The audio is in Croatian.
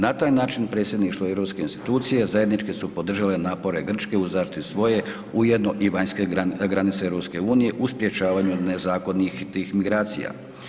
Na taj način predsjedništvo europske institucije zajednički su podržali napore Grčke u zaštiti svoje ujedno i vanjske granice EU u sprječavanju nezakonitih migracija.